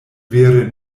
vere